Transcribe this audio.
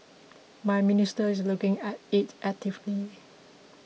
my minister is looking at it actively